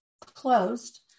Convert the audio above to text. closed